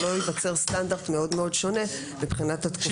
שלא ייווצר סטנדרט מאוד מאוד שונה מבחינת התקופות.